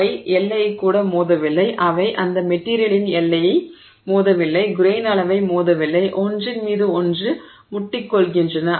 அவை எல்லையைக் கூட மோதவில்லை அவை அந்த மெட்டிரியலின் எல்லையை மோதவில்லை கிரெய்ன் அளவை மோதவில்லை ஒன்றின் மீது ஒன்று முட்டிக்கொள்கின்றன